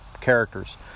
characters